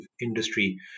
industry